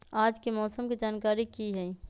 आज के मौसम के जानकारी कि हई?